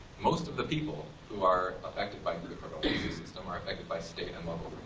most of the people who are affected by system are affected by state and local